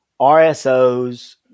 RSOs